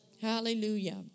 Hallelujah